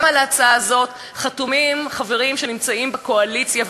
גם על ההצעה הזאת חתומים חברים שנמצאים בקואליציה,